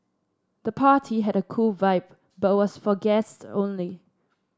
the party had a cool vibe but was for guest only